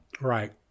Right